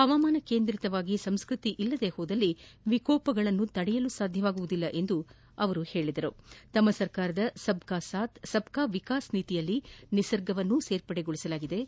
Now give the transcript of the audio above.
ಹವಾಮಾನ ಕೇಂದ್ರೀತವಾಗಿ ಸಂಸ್ಕೃತಿ ಇಲ್ಲದಿದ್ದರೆ ವಿಕೋಪವನ್ನು ತಡೆಯಲು ಸಾಧ್ಯವಿಲ್ಲ ಎಂದ ಅವರು ತಮ್ಮ ಸರ್ಕಾರದ ಸಬ್ ಕಾ ಸಾಥ್ ಸಬ್ ಕಾ ವಿಕಾಸ್ ನೀತಿಯಲ್ಲಿ ನಿಸರ್ಗವನ್ನು ಸೇರ್ಪಡೆಗೊಳಿಸಲಾಗಿದ್ದು